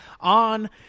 on